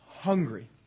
hungry